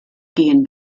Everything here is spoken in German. gehen